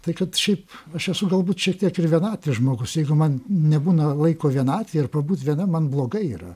tai kad šiaip aš esu galbūt šiek tiek ir vienatvės žmogus jeigu man nebūna laiko vienatvėj ar pabūt vienam man blogai yra